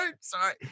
sorry